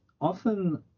often